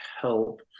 help